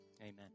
amen